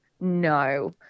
no